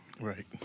Right